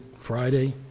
Friday